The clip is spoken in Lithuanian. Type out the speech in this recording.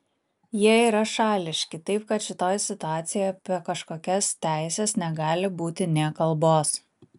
jie yra šališki taip kad šitoj situacijoj apie kažkokias teises negali būti nė kalbos